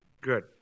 good